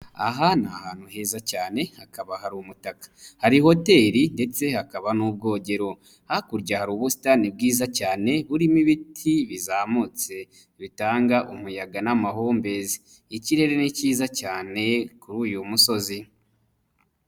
Aha ni ahantu heza cyane hakaba hari umutaka. Hari hoteri ndetse hakaba n'ubwogero, hakurya hari ubusitani bwiza cyane burimo ibiti bizamutse bitanga umuyaga n'amahumbezi. Ikirere ni cyiza cyane kuri uyu musozi.